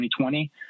2020